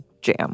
jam